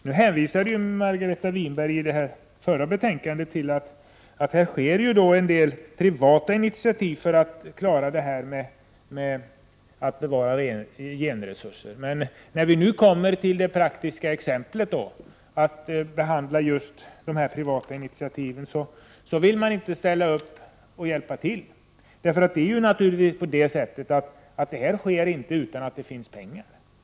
I debatten om det förra betänkandet hänvisade Margareta Winberg till att det sker en del privata initiativ för att bevara genresurser, men när vi nu kommer till det praktiska exemplet och skall behandla just dessa privata initiativ, så vill man inte ställa upp och hjälpa till. Men detta sker naturligtvis inte utan att det finns pengar.